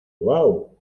uau